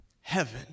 Heaven